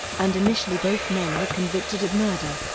and initially both men were convicted of murder.